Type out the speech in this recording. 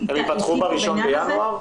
בעניין הזה --- הם ייפתחו בתחילת ינואר?